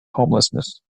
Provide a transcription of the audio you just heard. homelessness